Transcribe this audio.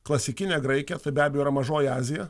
klasikinę graikiją tai be abejo yra mažoji azija